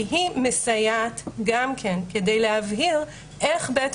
כי היא מסייעת גם כן כדי להבהיר איך בית